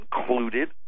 included